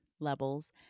levels